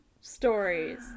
stories